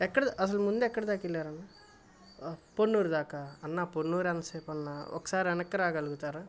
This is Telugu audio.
ఎక్కడ అసలు ముందు ఎక్కడ దాక వెళ్ళారన్నా పొన్నూరు దాకా అన్నా పొన్నూరు ఎంతసేపన్నా ఒకసారి వెనక్కి రాగలుగుతారా